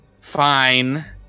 Fine